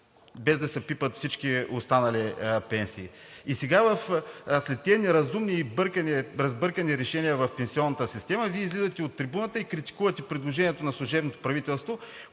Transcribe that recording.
без да се пипат всички останали пенсии. И сега след тези неразумни бъркани и разбъркани решения в пенсионната система, Вие излизате на трибуната и критикувате предложенията на служебното правителство,